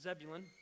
Zebulun